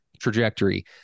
trajectory